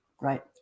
Right